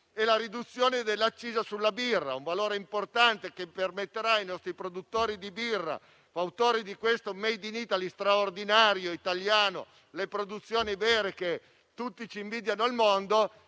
alla riduzione dell'accisa sulla birra; un valore importante, che permetterà ai nostri produttori di birra, autori di questo *made in Italy* straordinario, di produzioni vere, che tutti ci invidiano nel mondo,